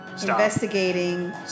investigating